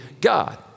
God